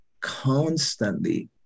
Constantly